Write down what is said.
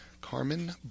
Carmen